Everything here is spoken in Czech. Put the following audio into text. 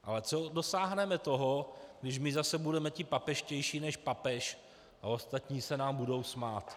Ale co dosáhneme tím, že my zase budeme papežštější než papež a ostatní se nám budou smát.